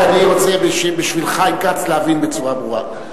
רק אני רוצה, בשביל חיים כץ, להבין בצורה ברורה.